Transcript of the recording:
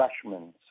freshmen